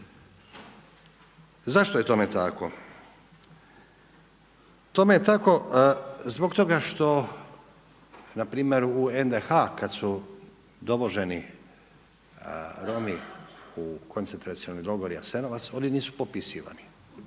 Tome je tako zbog toga što npr. u NDH kada su dovoženi Romi u Koncentracioni logor Jasenovac oni su popisivani